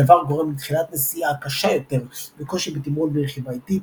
הדבר גורם לתחילת נסיעה קשה יותר וקושי בתמרון ברכיבה איטית.